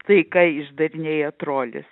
tai ką išdarinėja trolis